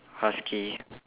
husky